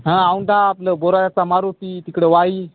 हा अहो दा आपलं बोरायचा मारुती तिकडं वाई